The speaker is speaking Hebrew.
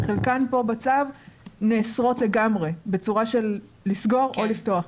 שחלקן פה בצו נאסרות לגמרי בצורה של לסגור או לפתוח.